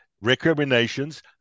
recriminations